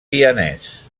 vienès